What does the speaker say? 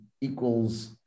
equals